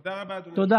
תודה